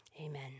Amen